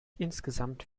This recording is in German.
insgesamt